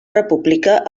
república